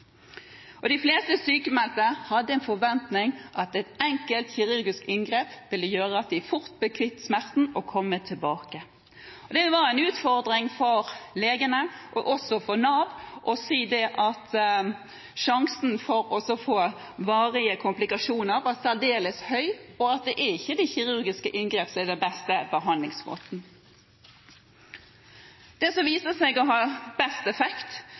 De fleste sykemeldte hadde en forventning om at et enkelt kirurgisk inngrep ville gjøre at de fort ble kvitt smerten og kom tilbake. Det var en utfordring for legene og også for Nav å si at sjansen for å få langvarige komplikasjoner var særdeles høy, og at det ikke var det kirurgiske inngrepet som var den beste behandlingsmåten. Det som viste seg å ha best effekt,